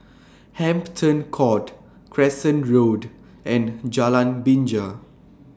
Hampton Court Crescent Road and Jalan Binja